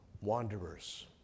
wanderers